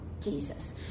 Jesus